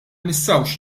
nistgħux